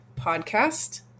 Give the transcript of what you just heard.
podcast